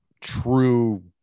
true